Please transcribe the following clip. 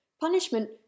Punishment